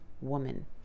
woman